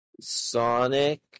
Sonic